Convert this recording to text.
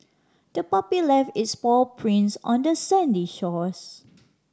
the puppy left its paw prints on the sandy shores